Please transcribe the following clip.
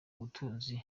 ubutunzi